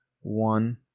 one